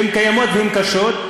שהן קיימות והן קשות,